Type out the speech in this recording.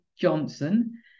Johnson